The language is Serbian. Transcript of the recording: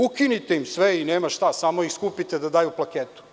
Ukinite im sve i nema šta, samo ih skupite da daju plaketu.